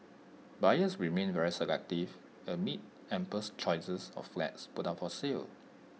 buyers remain very selective amid ample choices of flats put up for sale